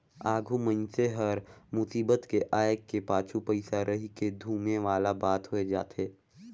आघु मइनसे हर मुसीबत के आय के पाछू पइसा रहिके धुमे वाला बात होए जाथे